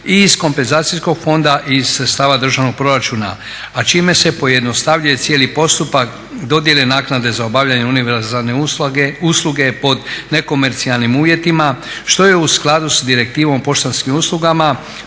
i iz kompenzacijskog fonda i iz sredstava državnog proračuna, a čime se pojednostavljuje cijeli postupak dodjele naknade za obavljanje univerzalne usluge pod nekomercijalnim uvjetima što je u skladu s direktivom poštanskih usluga